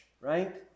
right